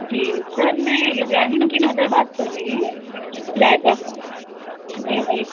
جی sir میں ابراہیم کی mother بات کر رہی ہوں لائبہ جی جی